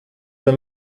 für